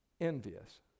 envious